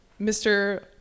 Mr